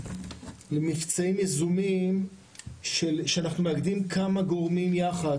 למבצעים יזומים שאנחנו מאגדים כמה גורמים יחד,